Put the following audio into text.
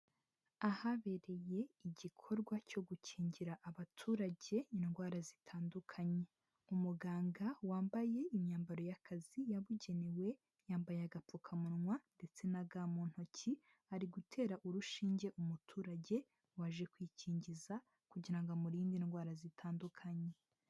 Ahabereye igikorwa cyo gukingira abaturage indwara zitandukanye, umuganga wambaye imyambaro y'akazi yabugenewe yambaye agapfukamunwa ndetse na ga mu ntoki, ari gutera urushinge umuturage waje kwikingiza kugira ngo amurinde indwara zitandukanye.